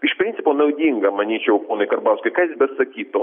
iš principo naudinga manyčiau ponui karbauskiui ką jis besakytų